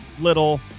little